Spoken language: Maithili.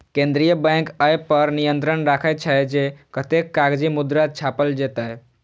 केंद्रीय बैंक अय पर नियंत्रण राखै छै, जे कतेक कागजी मुद्रा छापल जेतै